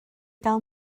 gael